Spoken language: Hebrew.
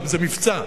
זה מבצע,